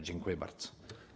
Dziękuję bardzo.